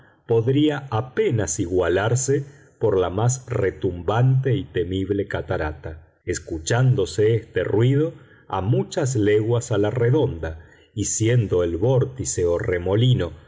podría apenas igualarse por la más retumbante y temible catarata escuchándose este ruido a muchas leguas a la redonda y siendo el vórtice o remolino